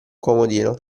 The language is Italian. comodino